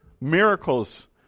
miracles